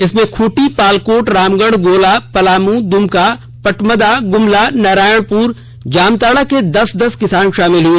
इसमें खूंटी पालकोट रामगढ़ गोला पलामू दुमका पटमदा गुमला नारायणपुर जामताड़ा के दस दस किसान शामिल हुए